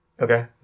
Okay